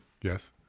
Yes